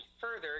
further